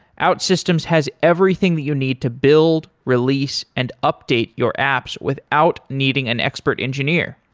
outsystems has everything that you need to build, release and update your apps without needing an expert engineer.